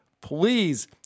please